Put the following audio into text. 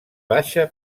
baixa